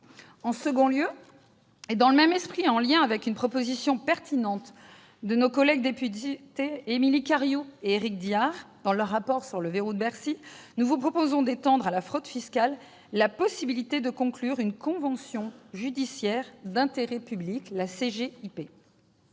En second lieu, dans le même esprit et en lien avec une proposition pertinente de nos collègues députés, Émilie Cariou et Éric Diard, formulée dans leur rapport d'information sur le verrou de Bercy, nous vous proposons d'étendre à la fraude fiscale la possibilité de conclure une convention judiciaire d'intérêt public, la CJIP.